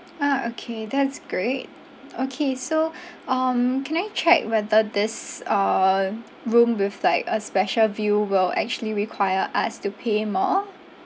ah okay that's great okay so um can I check whether this uh room with like a special view will actually require us to pay more